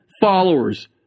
followers